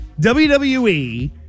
WWE